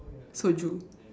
soju